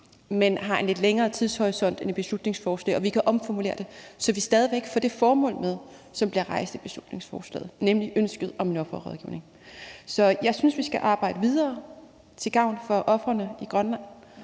men har en lidt længere tidshorisont end et beslutningsforslag, og vi kan omformulere det, så vi stadig væk får det formål med, som bliver rejst i beslutningsforslaget, nemlig ønsket om en offerrådgivning. Så jeg synes, vi skal arbejde videre til gavn for ofrene i Grønland